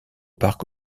parc